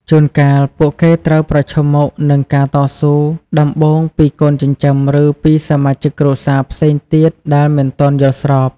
ជួនកាល ពួកគេត្រូវប្រឈមមុខនឹងការតស៊ូដំបូងពីកូនចិញ្ចឹម ឬពីសមាជិកគ្រួសារផ្សេងទៀតដែលមិនទាន់យល់ស្រប។